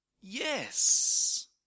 Yes